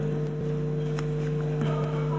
שלוש דקות